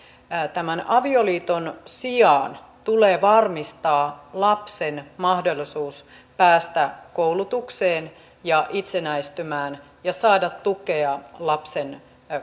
avioliiton sijaan tulee varmistaa lapsen mahdollisuus päästä koulutukseen ja itsenäistymään ja saada tukea lapsen